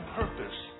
purpose